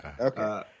Okay